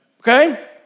Okay